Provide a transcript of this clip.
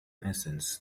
essence